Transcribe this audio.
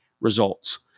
results